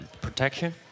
protection